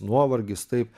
nuovargis taip